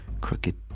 crooked